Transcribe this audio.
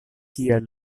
kial